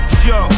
yo